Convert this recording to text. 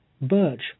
Birch